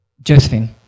Josephine